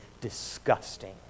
disgusting